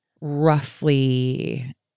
roughly